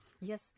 Yes